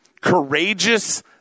courageous